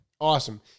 Awesome